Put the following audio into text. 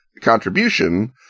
contribution